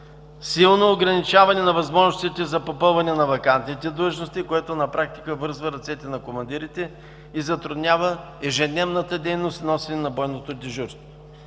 Силно ограничаване на възможностите за попълване на вакантните длъжности, което на практика връзва ръцете на командирите и затруднява ежедневната дейност – носене на бойното дежурство.